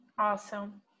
awesome